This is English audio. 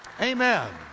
Amen